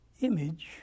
image